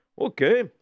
Okay